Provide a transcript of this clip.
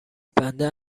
بنده